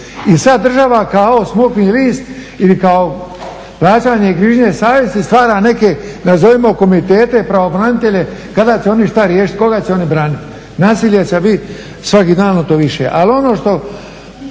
I sad država kao smokvin list ili kao plaćanje grižnje savjesti stvara neke nazovimo komitete pravobranitelje kao da će oni što riješiti. Koga će oni braniti? Nasilje se vidi svaki dan sve više.